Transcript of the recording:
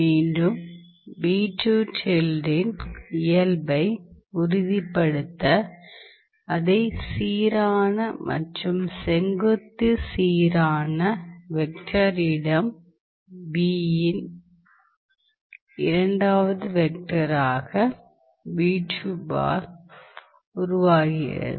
மீண்டும் இன் இயல்பை உறுதிபடுத்த அதை சீரான மற்றும் செங்குத்து சீரான வெக்டர் இடம் இன் இரண்டாவது வெக்டராக உருவாக்குகிறது